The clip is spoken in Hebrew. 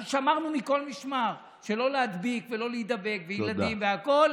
אנחנו שמרנו מכל משמר שלא להדביק ולא להידבק וילדים והכול,